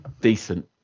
Decent